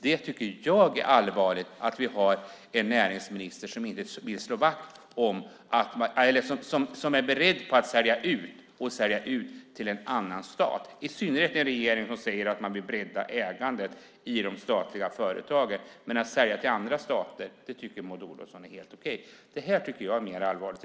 Jag tycker att det är allvarligt att vi har en näringsminister som är beredd att sälja ut och att göra det till en annan stat, i synnerhet när regeringen säger att de vill bredda ägandet i de statliga företagen. Men att sälja till andra stater tycker Maud Olofsson är helt okej. Det tycker jag är allvarligt.